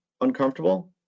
uncomfortable